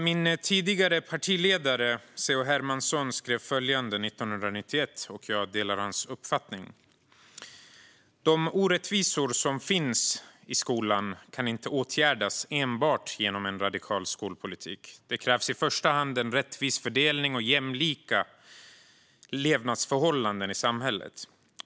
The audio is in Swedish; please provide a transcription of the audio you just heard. Min tidigare partiledare Lars Werner skrev följande 1991, och jag delar hans uppfattning: "De orättvisor som finns i skolan kan inte åtgärdas enbart genom en radikal skolpolitik, det krävs i första hand en rättvis fördelning och jämlika levnadsförhållanden i samhället.